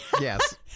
yes